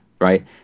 right